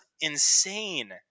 insane